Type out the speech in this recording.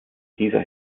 dieser